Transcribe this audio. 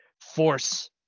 force